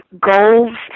goals